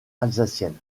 alsacienne